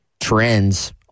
trends –